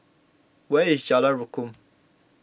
where is Jalan Rukam